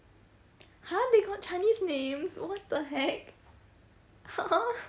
!huh! they got chinese names oh what the heck !aww!